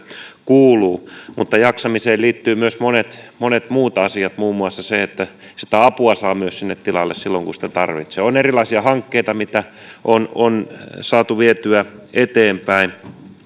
kuuluu saada mutta jaksamiseen liittyvät myös monet monet muut asiat muun muassa se että myös apua saa sinne tilalle silloin kun sitä tarvitsee on erilaisia hankkeita mitä on on saatu vietyä eteenpäin